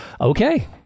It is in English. okay